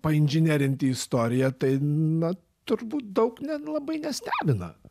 painžinerinti istoriją tai na turbūt daug ne labai nestebina